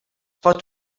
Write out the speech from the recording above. pot